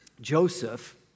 Joseph